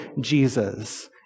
Jesus